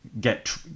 get